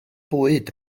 bwyd